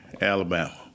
Alabama